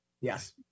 yes